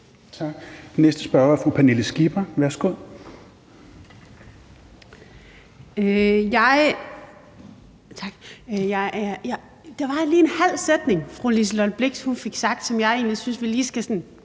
næste spørger er fru Pernille Skipper.